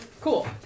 cool